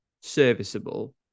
serviceable